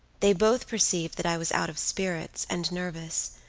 they both perceived that i was out of spirits and nervous,